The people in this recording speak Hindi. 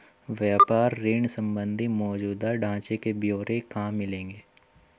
व्यापार ऋण संबंधी मौजूदा ढांचे के ब्यौरे कहाँ मिलेंगे?